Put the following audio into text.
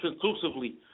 conclusively